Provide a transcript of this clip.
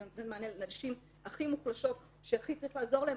זה נותן מענה לנשים הכי מוחלשות שהכי צריך לעזור להן,